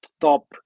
top